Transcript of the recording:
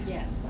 Yes